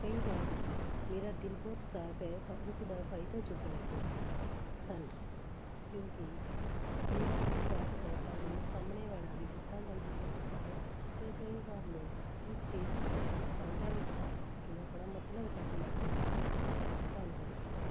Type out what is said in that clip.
ਕਈ ਵਾਰ ਲੋਕ ਮੇਰਾ ਦਿਲ ਬਹੁਤ ਸਾਫ਼ ਹੈ ਤਾਂ ਉਸ ਦਾ ਫਾਇਦਾ ਚੁੱਕ ਲੈਂਦੇ ਹਾਂ ਹਨ ਕਿਉਂਕਿ ਮੇਰਾ ਦਿਲ ਸਾਫ਼ ਹੈ ਤਾਂ ਮੈਨੂੰ ਸਾਹਮਣੇ ਵਾਲਾ ਵੀ ਫ਼ਦਾਂ ਦਾ ਹੀ ਲੱਗਦਾ ਹੈ ਅਤੇ ਕਈ ਵਾਰ ਲੋਕ ਇਸ ਚੀਜ਼ ਦਾ ਫਾਇਦਾ ਉਠਾਲ ਕੇ ਆਪਣਾ ਮਤਲਬ ਕੱਢ ਲੈਂਦੇ ਹਨ ਧੰਨਵਾਦ ਜੀ